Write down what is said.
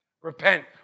Repent